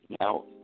Now